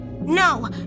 No